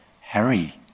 Harry